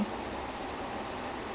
oh okay